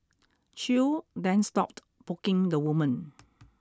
Chew then stopped poking the woman